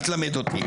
אל תלמד אותי.